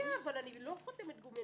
אני לא חותמת גומי.